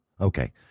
Okay